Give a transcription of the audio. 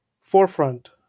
forefront